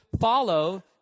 follow